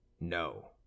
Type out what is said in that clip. no